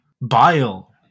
Bile